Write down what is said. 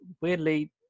weirdly